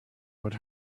what